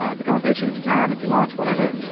yeah become a patron if you can, if you want, whatever.